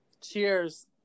Cheers